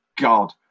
God